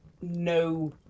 no